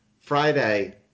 Friday